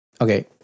Okay